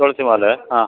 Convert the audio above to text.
ತುಳಸಿ ಮಾಲೆ ಹಾಂ